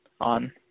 on